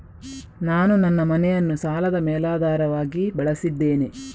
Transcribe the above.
ನಾನು ನನ್ನ ಮನೆಯನ್ನು ಸಾಲದ ಮೇಲಾಧಾರವಾಗಿ ಬಳಸಿದ್ದೇನೆ